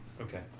Okay